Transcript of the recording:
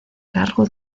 cargo